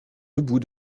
debout